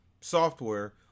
software